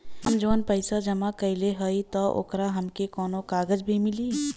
हम जवन पैसा जमा कइले हई त ओकर हमके कौनो कागज भी मिली?